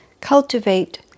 Cultivate